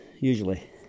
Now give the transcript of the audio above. usually